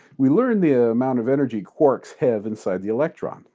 we learned the ah amount of energy quarks have inside the electron.